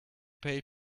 pay